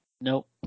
Nope